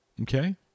Okay